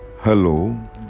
Hello